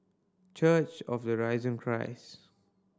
church of the Risen Christ